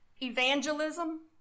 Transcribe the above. evangelism